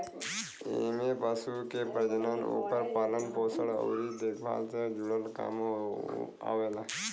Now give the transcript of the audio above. एमे पशु के प्रजनन, ओकर पालन पोषण अउरी देखभाल से जुड़ल काम आवेला